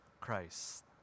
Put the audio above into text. Christ